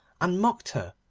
and mocked her,